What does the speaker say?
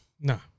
No